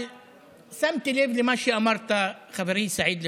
אבל שמתי לב למה שאמרת, חברי, סעיד אלחרומי.